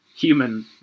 Human